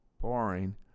boring